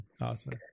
Awesome